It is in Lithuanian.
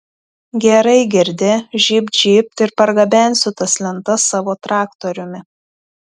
gerai girdi žybt žybt ir pargabensiu tas lentas savo traktoriumi